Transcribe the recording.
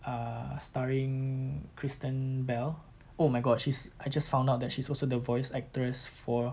err starring kristen bell oh my god she's I just found out that she's also the voice actress for